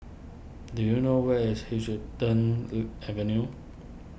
do you know where is Huddington Look Avenue